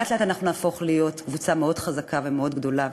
לאט-לאט אנחנו נהפוך להיות קבוצה מאוד חזקה ומאוד גדולה,